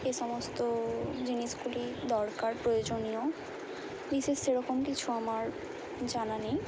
এ সমস্ত জিনিসগুলি দরকার প্রয়োজনীয় বিশেষ সেরকম কিছু আমার জানা নেই